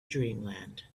dreamland